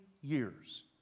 years